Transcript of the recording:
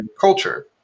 culture